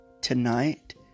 tonight